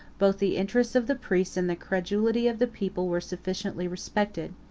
both the interest of the priests and the credulity of the people were sufficiently respected.